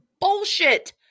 bullshit